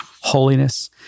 holiness